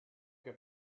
che